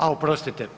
A oprostite.